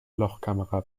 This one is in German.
lochkamera